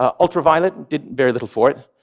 ah ultraviolet did very little for it.